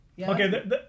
Okay